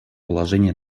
положения